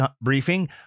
briefing